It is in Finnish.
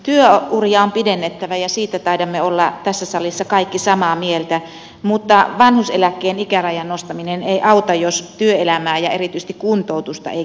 työuria on pidennettävä ja siitä taidamme olla tässä salissa kaikki samaa mieltä mutta vanhuuseläkkeen ikärajan nostaminen ei auta jos työelämää ja erityisesti kuntoutusta ei kehitetä